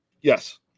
Yes